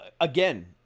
again